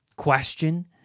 question